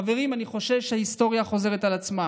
חברים, אני חושש שההיסטוריה חוזרת על עצמה.